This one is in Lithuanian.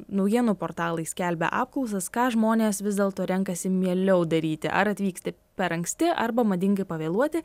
naujienų portalai skelbia apklausas ką žmonės vis dėlto renkasi mieliau daryti ar atvyksti per anksti arba madingai pavėluoti